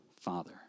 Father